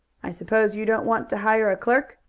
i suppose you don't want to hire a clerk?